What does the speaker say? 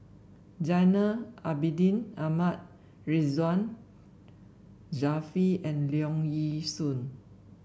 Zainal Abidin Ahmad Ridzwan Dzafir and Leong Yee Soo